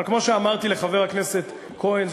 אבל כמו שאמרתי לחבר הכנסת כהן,